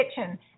kitchen